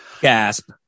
Gasp